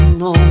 no